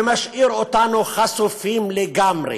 ומשאיר אותנו חשופים לגמרי.